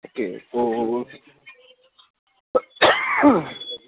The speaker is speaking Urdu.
اوکے تو